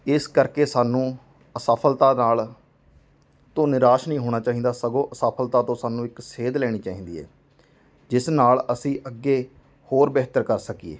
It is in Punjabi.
ਇਸ ਕਰਕੇ ਸਾਨੂੰ ਅਸਫਲਤਾ ਨਾਲ ਤੋਂ ਨਿਰਾਸ਼ ਨਹੀਂ ਹੋਣਾ ਚਾਹੀਦਾ ਸਗੋਂ ਸਫਲਤਾ ਤੋਂ ਸਾਨੂੰ ਇੱਕ ਸੇਧ ਲੈਣੀ ਚਾਹੀਦੀ ਹੈ ਜਿਸ ਨਾਲ ਅਸੀਂ ਅੱਗੇ ਹੋਰ ਬਿਹਤਰ ਕਰ ਸਕੀਏ